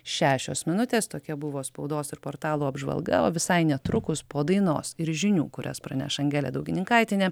šešios minutės tokia buvo spaudos ir portalų apžvalga o visai netrukus po dainos ir žinių kurias praneš angelė daugininkaitienė